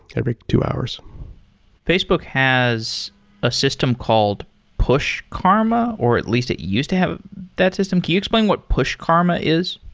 every two hours facebook has a system called push karma or at least it used to have that system. can you explain what push karma is?